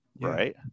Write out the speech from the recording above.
right